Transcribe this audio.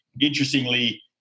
interestingly